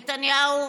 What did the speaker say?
נתניהו,